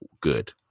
good